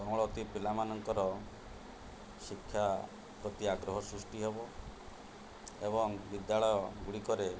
କୋମଳମତି ପିଲାମାନଙ୍କର ଶିକ୍ଷା ପ୍ରତି ଆଗ୍ରହ ସୃଷ୍ଟି ହେବ ଏବଂ ବିଦ୍ୟାଳୟ ଗୁଡ଼ିକରେ